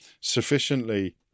sufficiently